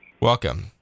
Welcome